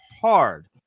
hard